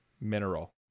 mineral